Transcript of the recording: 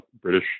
British